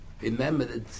remember